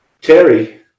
Terry